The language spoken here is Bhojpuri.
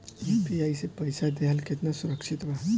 यू.पी.आई से पईसा देहल केतना सुरक्षित बा?